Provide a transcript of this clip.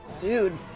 dude